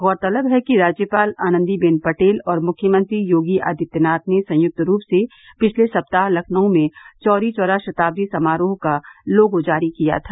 गौरतलब है कि राज्यपाल आनंदीबेन पटेल और मुख्यमंत्री योगी आदित्यनाथ ने संयुक्त रूप से पिछले सप्ताह लखनऊ में चौरी चौरा शताब्दी समारोह का लोगो जारी किया था